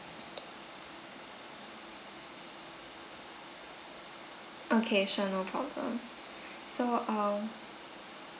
okay sure no problem so um